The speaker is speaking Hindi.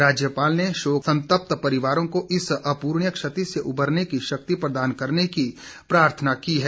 राज्यपाल ने शोक संतप्त परिवारों को इस अपूर्णीय क्षति से उबरने की शक्ति प्रदान करने की प्रार्थना की है